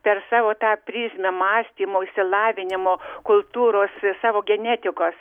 per savo tą prizmę mąstymo išsilavinimo kultūros savo genetikos